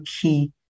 key